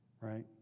right